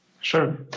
Sure